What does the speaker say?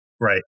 right